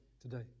today